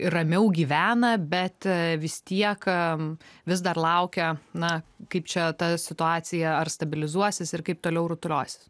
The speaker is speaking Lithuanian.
ir ramiau gyvena bet vis tiek vis dar laukia na kaip čia ta situacija ar stabilizuosis ir kaip toliau rutuliosis